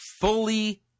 fully